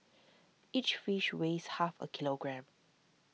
each fish weighs half a kilogram